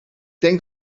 denk